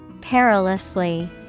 Perilously